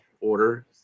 Order